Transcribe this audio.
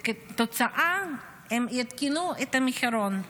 וכתוצאה הם עדכנו את המחירון,